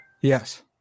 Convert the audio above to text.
Yes